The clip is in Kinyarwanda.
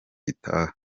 gitaha